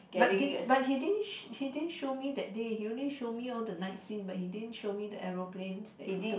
but did but he didn't he didn't show me that day he only show me all the night scene but he didn't show me the aeroplanes that he took